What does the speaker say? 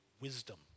wisdom